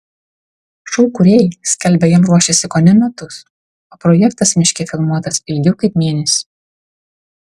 šou kūrėjai skelbia jam ruošęsi kone metus o projektas miške filmuotas ilgiau kaip mėnesį